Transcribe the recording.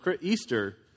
Easter